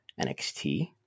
NXT